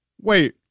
Wait